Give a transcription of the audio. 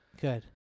good